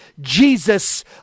Jesus